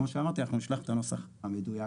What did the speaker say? כמו שאמרתי אנחנו נשלח את הנוסח המדויק